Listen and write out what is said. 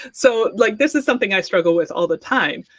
so, like, this is something i struggle with all the time.